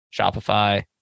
Shopify